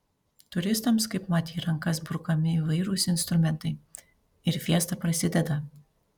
turistams kaipmat į rankas brukami įvairūs instrumentai ir fiesta prasideda